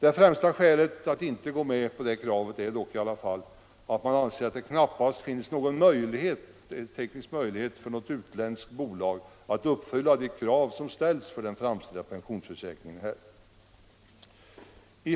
Det främsta skälet för att inte gå med på detta krav är dock att utländskt försäkringsbolag knappast kan uppfylla de krav som ställs för en framtida pensionsförsäkring.